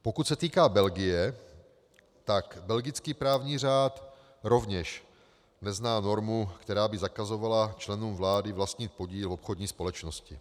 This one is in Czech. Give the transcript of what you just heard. Pokud se týká Belgie, tak belgický právní řád rovněž nezná normu, která by zakazovala členům vlády vlastnit podíl v obchodní společnosti.